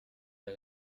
der